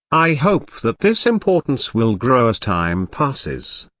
i hope that this importance will grow as time passes,